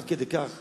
עד כדי כך